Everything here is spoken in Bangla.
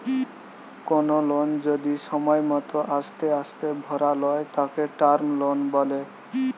কোনো লোন যদি সময় মতো আস্তে আস্তে ভরালয় তাকে টার্ম লোন বলে